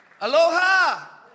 Aloha